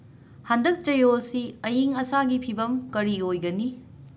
ꯍꯟꯗꯛ ꯆꯌꯣꯜꯁꯤ ꯑꯌꯤꯡ ꯑꯁꯥꯒꯤ ꯐꯤꯚꯝ ꯀꯔꯤ ꯑꯣꯏꯒꯅꯤ